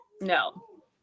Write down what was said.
No